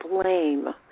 blame